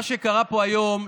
מה שקרה פה היום,